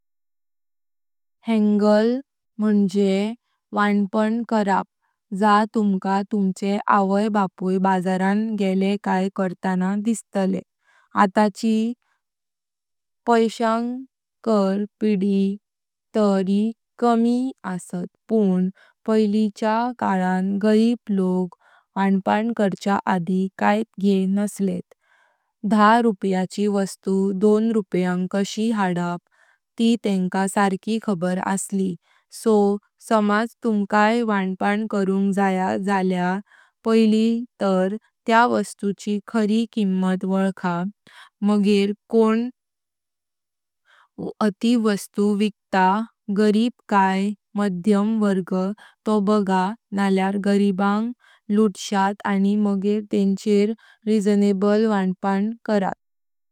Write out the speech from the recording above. हागल मुन्ने वांपां करप जा तुमका तुमचे आवाई बापूय बाजारां गेलें काय करताना दिसतालें। आताची, पैश्या कर पिधी तरी कमी असात पण पैलिच्या कलां गरीब लोक वांपां कर्च्या अदि कैत घेणय नासलेत। धा रुपयाची वस्तु दोन रुप्यांग कशी हडप ती तेंका सर्की खबर असली। सो समज तुमकां वां पां करुंग जाय जालयात पैली तार त्या वस्तुची खरी किमत वोल्खा, मागर कों पीटी वस्तु विकता गरीब काय मध्यम वर्ग तो बगा नाल्या गरीबांग लुटश्यात आणि मागर तेचेर रीझनेबल वांपां करात।